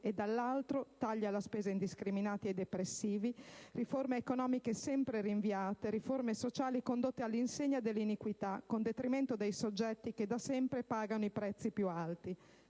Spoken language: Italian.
dall'altro, tagli alla spesa indiscriminati e depressivi, riforme economiche sempre rinviate, riforme sociali condotte all'insegna dell'iniquità, con detrimento dei soggetti che da sempre pagano i prezzi più alti: